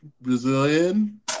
Brazilian